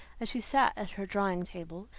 as she sat at her drawing-table,